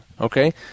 okay